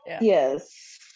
yes